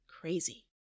crazy